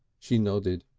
she nodded.